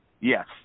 Yes